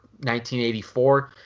1984